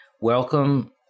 Welcome